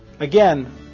Again